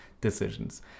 decisions